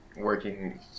Working